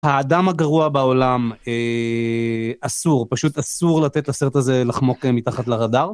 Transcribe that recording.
האדם הגרוע בעולם אסור, פשוט אסור לתת לסרט הזה לחמוק מתחת לרדאר.